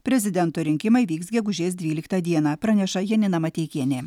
prezidento rinkimai vyks gegužės dvyliktą dieną praneša janina mateikienė